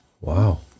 Wow